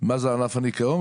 מה זה ענף הניקיון.